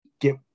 get